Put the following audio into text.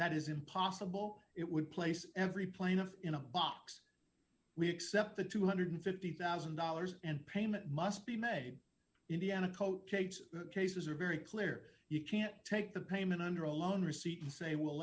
that is impossible it would place every plaintiff in a box we accept the two hundred and fifty thousand dollars and payment must be made indiana coach eight cases are very clear you can't take the payment under a loan receipt and say well